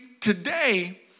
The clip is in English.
today